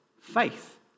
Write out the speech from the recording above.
faith